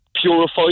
purify